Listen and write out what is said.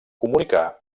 comunicar